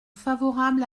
favorable